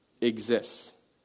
exists